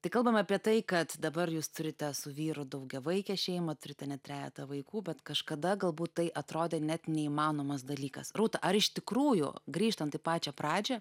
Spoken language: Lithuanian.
tai kalbam apie tai kad dabar jūs turite su vyru daugiavaikę šeimą turite net trejetą vaikų bet kažkada galbūt tai atrodė net neįmanomas dalykas rūta ar iš tikrųjų grįžtant į pačią pradžią